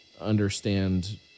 understand